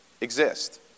exist